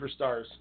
Superstars